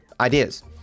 ideas